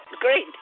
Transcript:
great